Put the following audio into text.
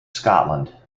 scotland